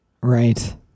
right